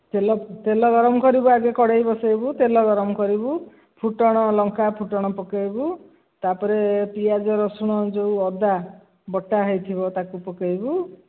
ତେଲ ତେଲ ଗରମ କରିବୁ ଆଗେ କଡ଼େଇ ବସାଇବୁ ତେଲ ଗରମ କରିବୁ ଫୁଟଣ ଲଙ୍କା ଫୁଟଣ ପକାଇବୁ ତା'ପରେ ପିଆଜ ରସୁଣ ଯେଉଁ ଅଦା ବଟାହୋଇଥିବ ତାକୁ ପକାଇବୁ